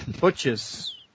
Butchers